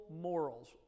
morals